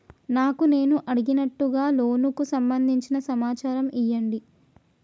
నాకు నేను అడిగినట్టుగా లోనుకు సంబందించిన సమాచారం ఇయ్యండి?